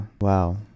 wow